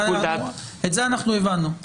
את זה אנחנו הבנו.